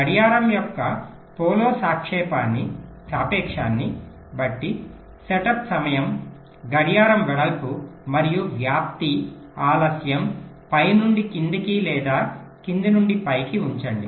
గడియారం యొక్క పోలో సాపేక్షాన్ని బట్టి సెటప్ సమయం గడియారం వెడల్పు మరియు వ్యాప్తి ఆలస్యం పై నుండి క్రిందికి లేదా క్రింది నుండి పైకి ఉంచండి